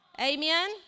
Amen